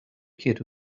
kid